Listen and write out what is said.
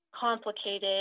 complicated